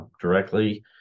directly